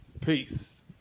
Peace